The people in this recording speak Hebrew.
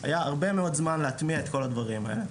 היה הרבה מאוד זמן להטמיע את כל הדברים האלה.